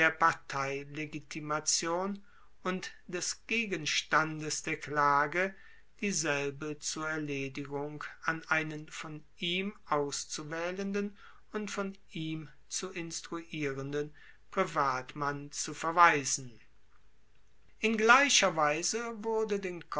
der parteilegitimation und des gegenstandes der klage dieselbe zur erledigung an einen von ihm auszuwaehlenden und von ihm zu instruierenden privatmann zu verweisen in gleicher weise wurde den